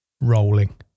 rolling